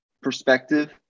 perspective